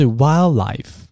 wildlife